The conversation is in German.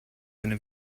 eine